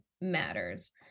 matters